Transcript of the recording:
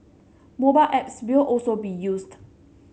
mobile apps will also be used